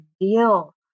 deal